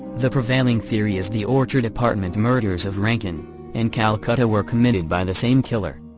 the prevailing theory is the orchard apartment murders of rankin and calcutta were committed by the same killer.